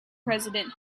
president